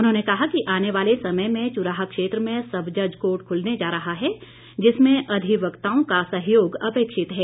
उन्होंने कहा कि आने वाले समय में चुराह क्षेत्र में सब जज कोर्ट खुलने जा रहा है जिसमें अधिवक्ताओं का सहयोग अपेक्षित है